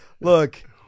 Look